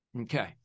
Okay